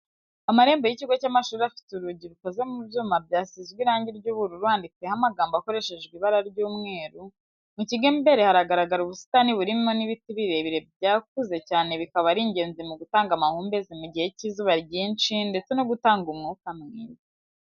Amarembo y'ikigo cy'amashuri afite urugi rukoze mu byuma byasizwe irangi ry'ubururu handitseho amagambo akoreshejwe ibara ry'umweru, mu kigo imbere hagaragara ubusitani burimo n'ibiti birebire byakuze cyane bikaba ari ingenzi mu gutanga amahumbezi mu gihe cy'izuba ryinshi ndetse no gutanga umwuka mwiza.